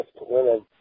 women